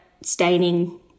staining